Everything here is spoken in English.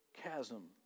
chasm